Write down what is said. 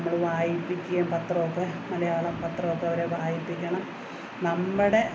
നമ്മൾ വായിപ്പിക്കുകയും പത്രമൊക്കെ മലയാള പത്രമൊക്കെ അവരെ വായിപ്പിക്കണം നമ്മുടെ